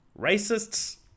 racists